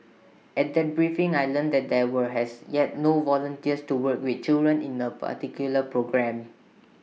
at that briefing I learnt that there were has yet no volunteers to work with children in A particular programme